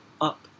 up